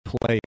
play